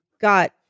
got